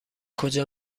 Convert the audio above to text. کجا